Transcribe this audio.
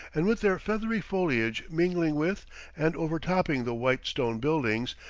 and with their feathery foliage mingling with and overtopping the white stone buildings,